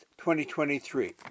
2023